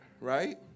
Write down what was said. right